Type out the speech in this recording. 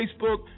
Facebook